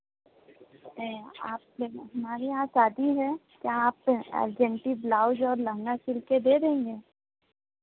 आप हमारे यहाँ शादी है क्या आप अर्जेंटली ब्लाउज और लहँगा सील कर दे देंगे